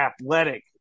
athletic